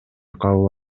кабыл